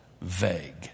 vague